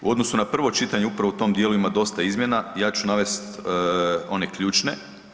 U odnosu na prvo čitanje upravo u tom dijelu ima dosta izmjena i ja ću navesti one ključne.